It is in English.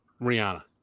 Rihanna